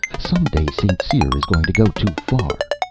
some day st. cyr's going to go too far